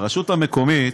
הרשות המקומית,